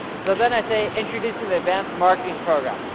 so, then i say, introducing the advanced marketing program.